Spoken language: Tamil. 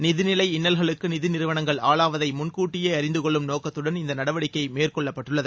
நிதி நிலை இன்னல்களுக்கு நிதி நிறுவனங்கள் ஆளாவதை முன்கூட்டியே அறிந்து கொள்ளும் நோக்கத்துடன் இந்த நடவடிக்கை மேற்கொள்ளப்பட்டுள்ளது